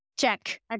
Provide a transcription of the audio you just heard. Check